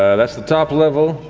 ah that's the top level.